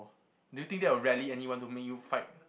do you think that would rally anyone to make you fight